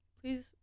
Please